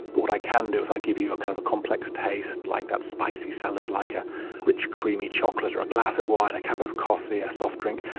but what i can do if i give you a kind of a complex taste like that spicy salad, like a rich creamy chocolate or a glass of wine, a cup of coffee, a soft drink.